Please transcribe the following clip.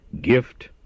gift